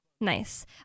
nice